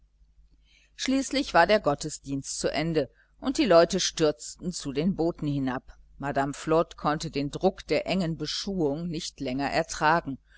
schließlich war der gottesdienst zu ende und die leute stürzten zu den booten hinab madame flod konnte den druck der engen beschuhung nicht länger ertragen